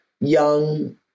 young